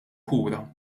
kura